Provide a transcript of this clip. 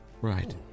Right